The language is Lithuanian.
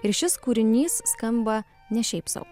ir šis kūrinys skamba ne šiaip sau